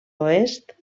oest